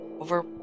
over